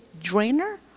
drainer